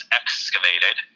excavated